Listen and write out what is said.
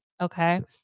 Okay